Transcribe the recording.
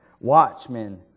Watchmen